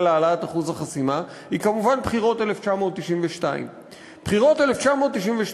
העלאת אחוז החסימה היא כמובן בחירות 1992. בחירות 1992,